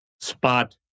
spot